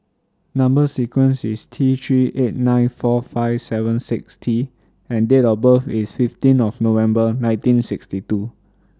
Number sequence IS T three eight nine four five seven six T and Date of birth IS fifteen of November nineteen sixty two